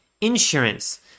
insurance